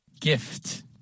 Gift